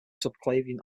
subclavian